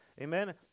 amen